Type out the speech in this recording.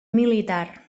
militar